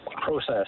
process